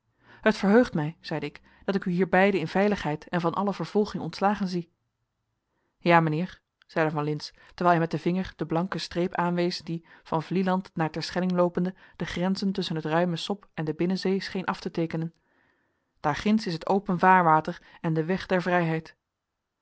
het verheugt mij zeide ik dat ik u hier beiden in veiligheid en van alle vervolging ontslagen zie ja mijnheer zeide van lintz terwijl hij met den vinger de blanke streep aanwees die van vlieland naar terschelling loopende de grenzen tusschen het ruime sop en de binnenzee scheen af te teekenen daarginds is het open vaarwater en de weg der vrijheid